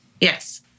Yes